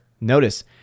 notice